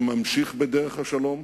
שממשיך בדרך השלום.